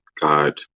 God